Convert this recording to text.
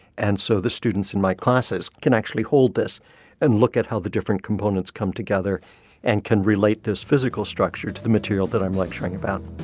and so the students in my classes can actually hold this and look at how the different components come together and can relate this physical structure to the material that i'm lecturing about.